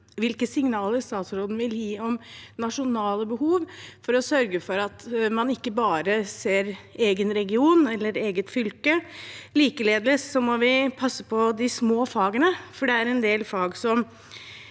hvilke signaler statsråden vil gi om nasjonale behov, for å sørge for at man ikke bare ser egen region eller eget fylke. Likeledes må vi passe på de små fagene, for selv om de ikke